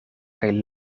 kaj